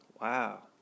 wow